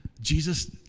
Jesus